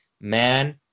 man